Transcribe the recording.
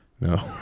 No